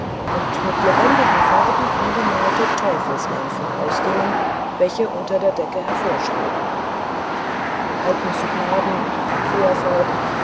und mit lebendigen farben angemalte teufelslarven ausgingen welche unter der decke hervorschauten halten zu gnaden fuhr er fort